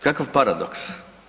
Kakav paradoks.